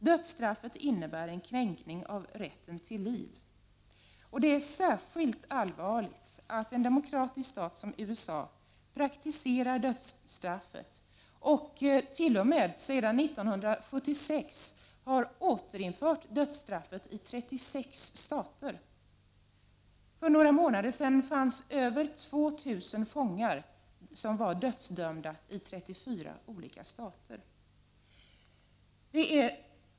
Dödsstraffet innebär en kränkning av rätten till liv. Det är särskilt allvarligt att en demokratisk stat som USA praktiserar dödsstraffet. Man har sedan 1976 t.o.m. återinfört dödsstraffet i 36 stater. För några månader sedan fanns över 2 000 dödsdömda fångar i 34 stater.